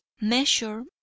measure